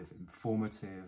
informative